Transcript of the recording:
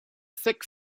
thick